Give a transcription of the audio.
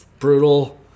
Brutal